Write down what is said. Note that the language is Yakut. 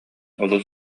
олус